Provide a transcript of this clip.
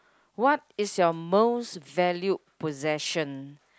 what is your most valued possession